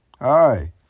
Hi